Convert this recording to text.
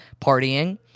partying